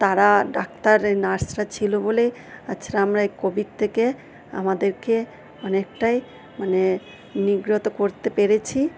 তারা ডাক্তার নার্সরা ছিল বলেই তাছাড়া আমরা এই কোভিড থেকে আমাদেরকে অনেকটাই মানে নিগ্রত করতে পেরেছি